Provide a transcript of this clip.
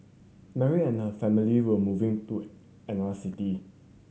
Mary and her family were moving to another city